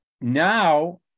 Now